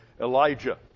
Elijah